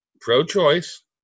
pro-choice